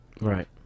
Right